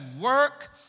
work